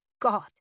God